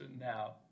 now